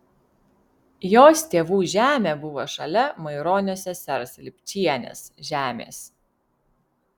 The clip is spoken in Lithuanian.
jos tėvų žemė buvo šalia maironio sesers lipčienės žemės